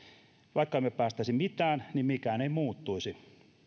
vaikka emme päästäisi mitään niin mikään ei muuttuisi